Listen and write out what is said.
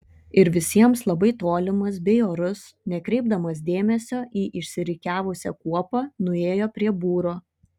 ir visiems labai tolimas bei orus nekreipdamas dėmesio į išsirikiavusią kuopą nuėjo prie būro